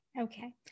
Okay